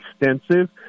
extensive